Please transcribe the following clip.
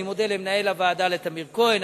אני מודה למנהל הוועדה טמיר כהן,